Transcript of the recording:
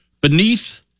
beneath